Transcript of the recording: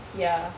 ya